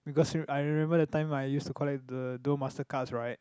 because I I remember that time I used to collect the Duel-Master cards [right]